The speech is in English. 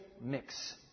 mix